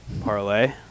parlay